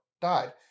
died